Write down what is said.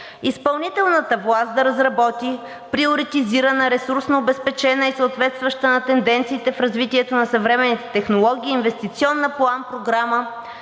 Изпълнителната власт да разработи приоритизирана ресурсно обезпечена и съответстваща на тенденциите в развитието на съвременните технологии инвестиционна план-програма